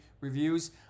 reviews